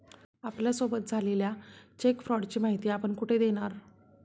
आपल्यासोबत झालेल्या चेक फ्रॉडची माहिती आपण कुठे देणार?